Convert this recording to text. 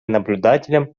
наблюдателем